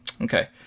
Okay